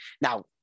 Now